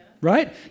right